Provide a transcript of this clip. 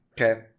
Okay